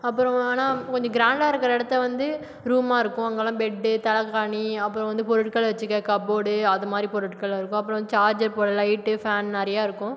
அப்புறம் ஆனால் கொஞ்சம் கிராண்ட்டாக இருக்கிற இடத்த வந்து ரூமாகருக்கும் அங்கேலாம் பெட் தலைகாணி அப்புறம் வந்து பொருட்களை வச்சுக்க கப்போர்டு அது மாதிரி பொருட்கள் இருக்கும் அப்புறம் சார்ஜர் போட லைட் ஃபேன் நிறையா இருக்கும்